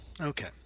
okay